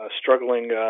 struggling